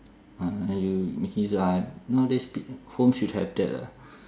ah you making use ah nowadays peo~ homes should have that lah